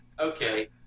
Okay